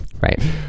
Right